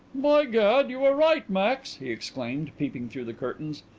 by gad, you are right, max! he exclaimed, peeping through the curtains.